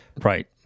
Right